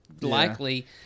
likely